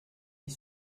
est